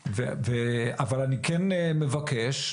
אבל, אני כן מבקש,